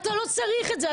אתה לא צריך את זה.